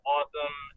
Awesome